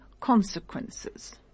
consequences